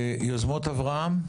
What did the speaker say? יוזמות אברהם,